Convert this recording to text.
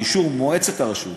באישור מועצת הרשות,